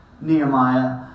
Nehemiah